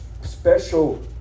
special